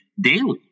daily